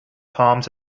palms